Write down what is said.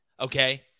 Okay